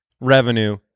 revenue